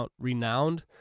renowned